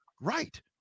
right